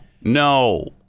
no